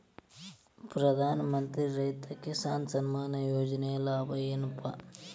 ಪ್ರಧಾನಮಂತ್ರಿ ರೈತ ಕಿಸಾನ್ ಸಮ್ಮಾನ ಯೋಜನೆಯ ಲಾಭ ಏನಪಾ?